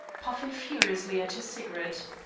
puffing furiously at his cigarette.